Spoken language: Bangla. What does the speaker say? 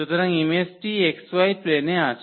সুতরাং ইমেজটি xy প্লেনে আছে